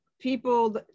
people